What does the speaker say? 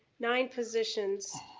nine positions.